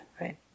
right